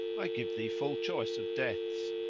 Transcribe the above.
i give thee full choice of deaths.